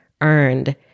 earned